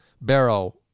Barrow